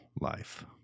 life